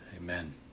Amen